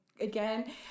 Again